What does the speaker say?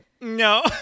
No